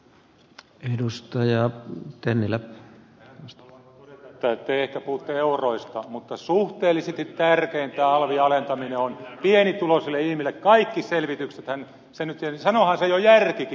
tähän haluan todeta että te ehkä puhutte euroista mutta suhteellisesti tärkeintä alvin alentaminen on pienituloisille ihmisille kaikki selvityksethän sen sanovat ja sanoohan sen jo järkikin semmoisen